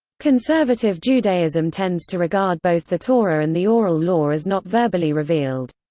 conservative judaism tends to regard both the torah and the oral law as not verbally revealed.